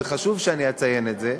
וחשוב שאני אציין את זה,